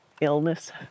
illness